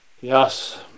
yes